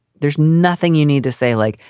there's nothing you need to say like,